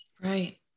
Right